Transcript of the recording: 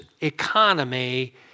economy